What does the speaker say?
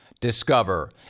Discover